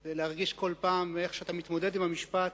זה להרגיש כל פעם איך אתה מתמודד עם המשפט,